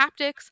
haptics